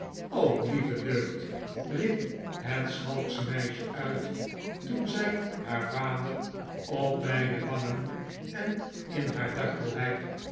o lieve deugdl riep het schalksche meisje uit toen zij haar vader op beide wangen en in haar dartelheid